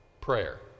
prayer